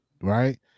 right